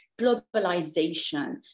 globalization